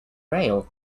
rail